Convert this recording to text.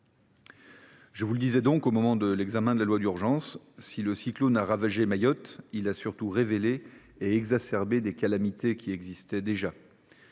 Je vous le disais au moment de l’examen du projet de loi d’urgence, « si le cyclone a ravagé Mayotte, il a surtout révélé et exacerbé des calamités qui existaient déjà,